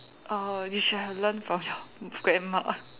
uh you should have learnt from your grandma